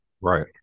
Right